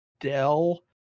Dell